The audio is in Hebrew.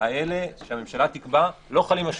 האלה שהממשלה תקבע לא חלות על שופטים.